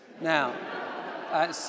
Now